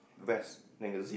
vest then got zip